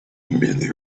immediately